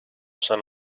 san